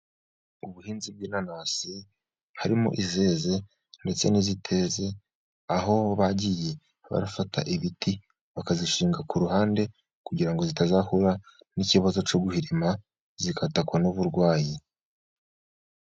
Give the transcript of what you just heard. Ubuhinzi bw'inanasi harimo izeze ndetse n'iziteze, aho bagiye barafata ibiti bakabishinga ku ruhande kugira ngo zitazahura n'ikibazo cyo guhirima zikatakwa n'uburwayi.